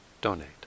donate